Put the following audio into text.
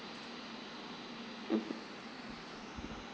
mmhmm